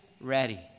ready